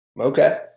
Okay